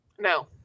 No